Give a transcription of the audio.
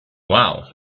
wow